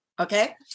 Okay